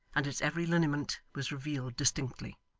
and its every lineament was revealed distinctly.